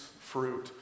fruit